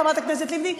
חברת הכנסת לבני,